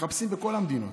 מחפשים בכל המדינות,